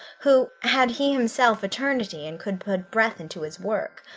who, had he himself eternity, and could put breath into his work,